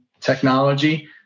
technology